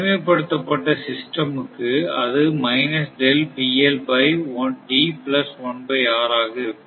தனிமைப்படுத்தப்பட்ட சிஸ்டம் க்கு அதுஆக இருக்கும்